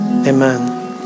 Amen